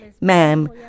ma'am